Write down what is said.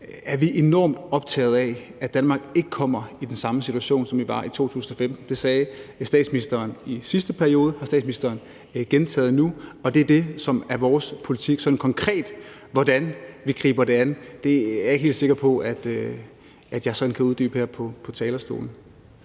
er enormt optagede af, at Danmark ikke kommer i den samme situation, som vi var i i 2015. Det sagde statsministeren i sidste periode, og det har statsministeren gentaget nu, og det er det, som er vores politik. Hvordan vi sådan konkret griber det an, er jeg ikke helt sikker på at jeg sådan kan uddybe her på talerstolen.